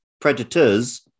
Predators